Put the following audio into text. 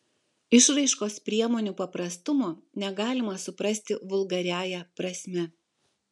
išraiškos priemonių paprastumo negalima suprasti vulgariąja prasme